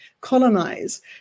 colonize